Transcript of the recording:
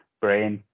brain